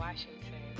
Washington